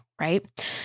right